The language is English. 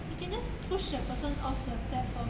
you can just push the person off the platform